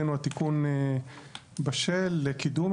מבחינתנו התיקון בשל לקידום.